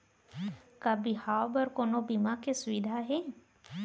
का बिहाव बर कोनो बीमा के सुविधा हे?